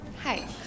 Hi